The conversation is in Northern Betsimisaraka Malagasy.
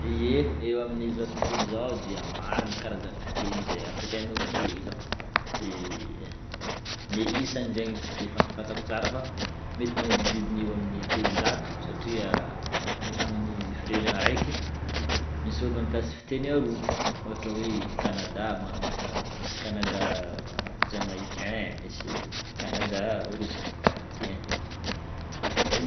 Ye, eo amin'ny izao tontolo izao dia maro ny karazana fiteny zay ampesain'olombelogno, de ny isany zegny tsy de fantapantako tsara fa mety magnodididigny eo amin'ny telonjato satria amin'ny firenena araiky misy ôlo mampiasa fiteny aroa ôhatra hoe Canada magnano misy Canada jamaïcain, misy Canada origine canadien.